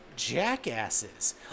jackasses